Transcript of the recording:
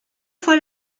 fue